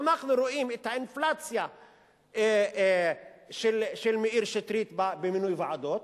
אנחנו רואים את האינפלציה של מאיר שטרית במינוי ועדות,